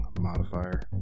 modifier